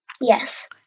Yes